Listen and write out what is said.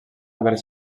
haver